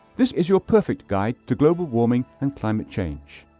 this is your perfect guide to global warming and climate change.